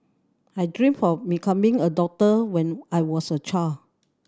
I dreamt of becoming a doctor when I was a child